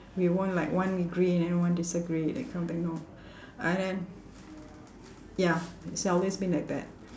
we won't like one agree and then one disagree that kind of thing no I am ya it's always been like that